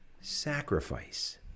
Sacrifice